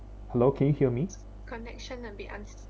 hello can you hear me